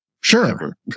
Sure